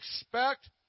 expect